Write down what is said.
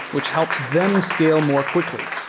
which helps them scale more quickly.